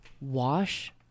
wash